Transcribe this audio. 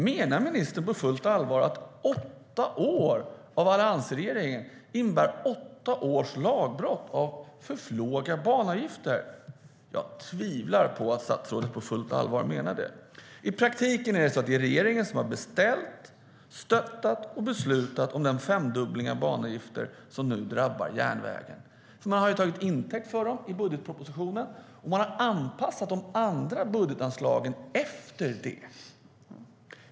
Menar ministern på fullt allvar att åtta år av alliansregering innebär åtta års lagbrott i form av för låga banavgifter? Jag tvivlar på att statsrådet på fullt allvar menar det. I praktiken är det regeringen som har beställt, stöttat och beslutat om den femdubbling av banavgifter som nu drabbar järnvägen. Man har tagit intäkt för dem i budgetpropositionen, och man har anpassat de andra budgetanslagen efter dem.